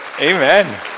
Amen